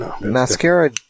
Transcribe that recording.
mascara